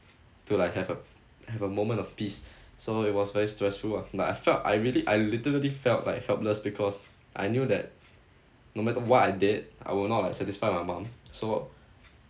to like have a have a moment of peace so it was very stressful ah like I felt I really I literally felt like helpless because I knew that no matter what I did I will not like satisfy my mum so